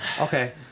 Okay